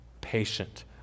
patient